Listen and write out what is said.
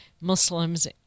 Muslims